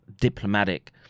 diplomatic